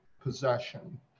possession